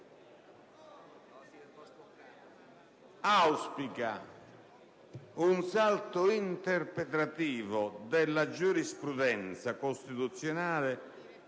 auspica un salto interpretativo della giurisprudenza costituzionale